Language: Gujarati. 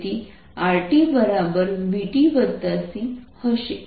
તેથી rvtc હશે